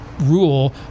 rule